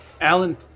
Alan